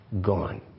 gone